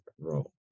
role